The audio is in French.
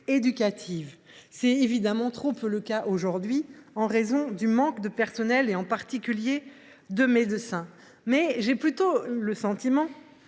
éducative. C’est évidemment trop peu le cas aujourd’hui, en raison du manque de personnels, notamment de médecins. Cependant, j’ai plutôt le sentiment